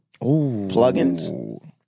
plugins